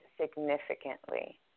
significantly